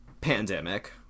pandemic